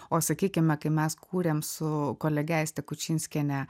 o sakykime kai mes kūrėm su kolege aiste kučinskiene